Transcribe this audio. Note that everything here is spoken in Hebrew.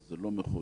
זה לא מחויב,